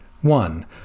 One